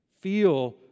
Feel